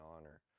honor